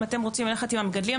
אם אתם רוצים ללכת עם המגדלים,